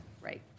right